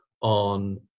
on